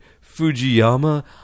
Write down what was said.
Fujiyama